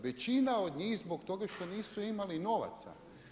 Većina od njih zbog toga što nisu imali novaca.